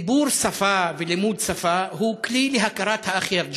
דיבור שפה ולימוד שפה הוא כלי להכרת האחר.